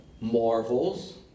marvels